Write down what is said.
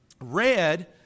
red